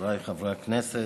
חבריי חברי הכנסת,